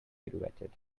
pirouetted